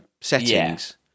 settings